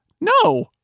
no